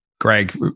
Greg